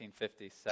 1957